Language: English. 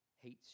hates